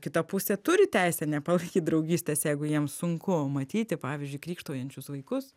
kita pusė turi teisę nepalaikyt draugystės jeigu jiems sunku matyti pavyzdžiui krykštaujančius vaikus